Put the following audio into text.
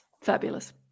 Fabulous